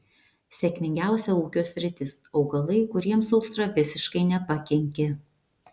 sėkmingiausia ūkio sritis augalai kuriems sausra visiškai nepakenkė